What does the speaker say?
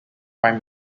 prime